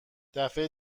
دفعه